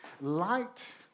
light